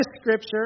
scripture